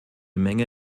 menge